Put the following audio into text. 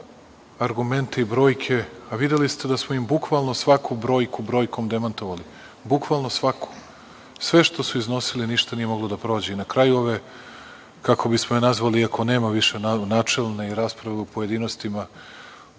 argumente i brojke, a videli ste da smo im bukvalno svaku brojku brojkom demantovali, bukvalno svaku. Sve što su iznosili, ništa nije moglo da prođe. Na kraju ove, kako bismo je nazvali, iako nema više načelne i rasprave u pojedinostima